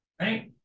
right